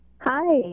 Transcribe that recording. Hi